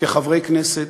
כחברי כנסת,